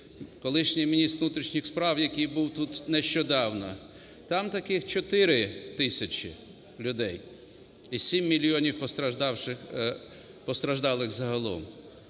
колишній міністр внутрішніх справ, який був тут нещодавно. Там таких 4 тисячі людей і 7 мільйонів постраждалих загалом.